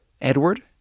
Edward